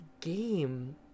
game